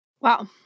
Wow